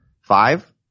five